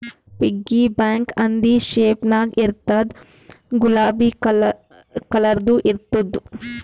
piggy bank ಹಂದಿ shape ನಾಗ್ ಇರ್ತುದ್ ಗುಲಾಬಿ ಕಲರ್ದು ಇರ್ತುದ್